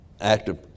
active